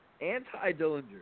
Anti-Dillinger